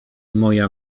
moja